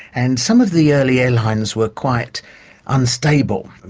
and some of the early airlines were quite unstable. and